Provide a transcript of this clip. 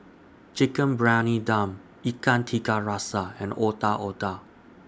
Chicken Briyani Dum Ikan Tiga Rasa and Otak Otak